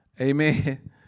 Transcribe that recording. Amen